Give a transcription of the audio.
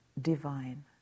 divine